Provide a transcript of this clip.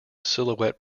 silhouette